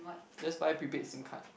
just buy prepaid Sim card